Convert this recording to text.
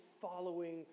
following